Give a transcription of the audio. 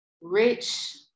rich